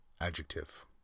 adjective